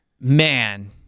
man